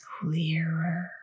clearer